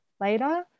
later